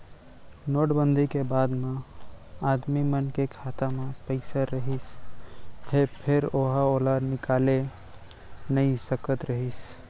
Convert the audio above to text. note बंदी के बाद म आदमी मन के खाता म पइसा रहिस हे फेर ओहर ओला निकाले नइ सकत रहिस